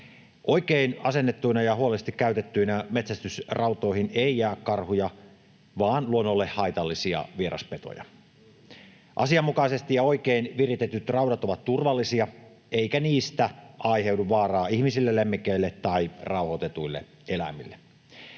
Oikein asennettuina ja huolellisesti käytettyinä metsästysrautoihin ei jää karhuja vaan luonnolle haitallisia vieraspetoja. Asianmukaisesti ja oikein viritetyt raudat ovat turvallisia, eikä niistä aiheudu vaaraa ihmisille, lemmikeille tai rauhoitetuille eläimille.